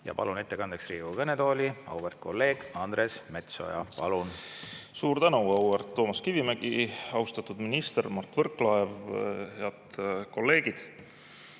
Palun ettekandeks Riigikogu kõnetooli auväärt kolleegi Andres Metsoja. Palun! Suur tänu, auväärt Toomas Kivimägi! Austatud minister Mart Võrklaev! Head kolleegid!